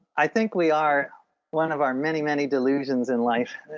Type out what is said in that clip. i think we are one of our many, many delusions in life,